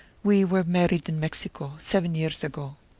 we were married in mexico, seven years ago.